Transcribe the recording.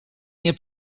nie